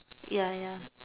ya ya